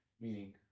meaning